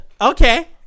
Okay